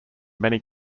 many